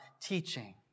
teaching